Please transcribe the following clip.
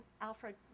Alfred